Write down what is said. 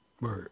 Right